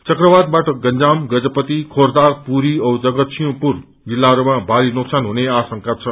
चक्रवातवाट गन्जाम गजपति खोर्षा पुरी औ जगतसिंहपुर जिल्लाहरूमा भारी नोक्सान हुने आशंका छ